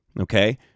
okay